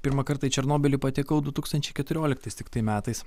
pirmą kartą į černobylį patekau du tūkstančiai keturioliktais tiktai metais